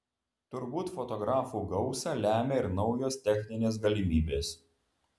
turbūt fotografų gausą lemia ir naujos techninės galimybės